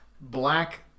black